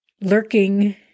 lurking